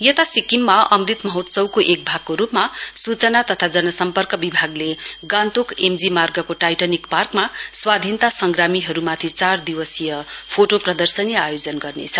यता सिक्किममा अमृत महोत्सवको एक भागको रूपमा सूचना तथा जनसम्पर्क विभागले गान्तोक एम जी मार्गको टाइटानिक पार्कमा स्वाधीनता संग्रामीहरूमाथि चार दिवसीय फोटो प्रदर्शनी आयोजन गर्नेछ